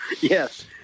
Yes